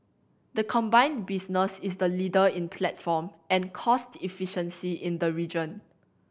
the combined business is the leader in platform and cost efficiency in the region